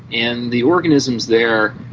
and the organisms there,